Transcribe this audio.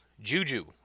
Juju